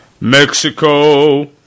Mexico